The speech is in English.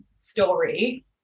story